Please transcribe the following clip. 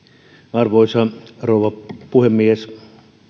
arvoisa rouva puhemies